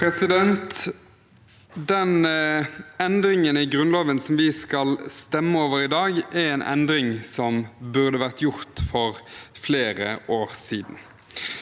Den endringen i Grunnloven vi skal stemme over i dag, er en endring som burde vært gjort for flere år siden.